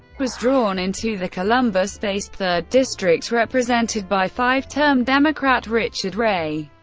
was drawn into the columbus-based third district, represented by five-term democrat richard ray.